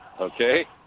okay